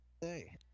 hey